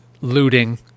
looting